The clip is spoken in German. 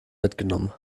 mitgenommen